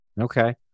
Okay